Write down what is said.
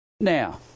Now